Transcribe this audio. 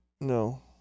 No